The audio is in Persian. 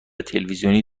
تلویزیونی